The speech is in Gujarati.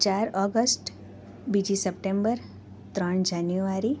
ચાર ઓગસ્ટ બીજી સપ્ટેમ્બર ત્રણ જાન્યુઆરી